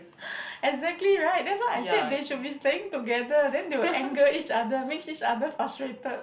exactly right that's why I said they should be staying together then they will anger each other make each other frustrated